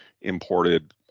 imported